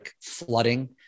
flooding